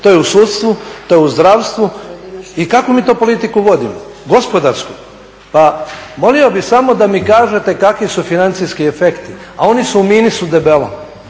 to je u sudstvu, to je u zdravstvu. I kakvu mi to politiku vodimo? Gospodarsku? Pa molio bih samo da mi kažete kakvi su financijski efekti, a oni su u minusu debelo.